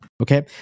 okay